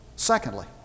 Secondly